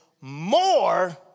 more